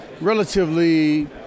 relatively